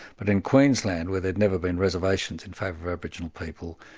but in queensland, where there'd never been reservations in favour of aboriginal people,